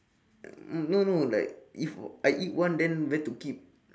no no like if I eat one then where to keep